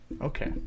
Okay